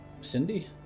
Cindy